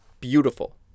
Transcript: beautiful